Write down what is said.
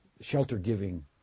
shelter-giving